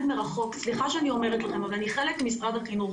סליחה שאני אומרת אבל אני חלק ממשרד החינוך.